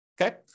Okay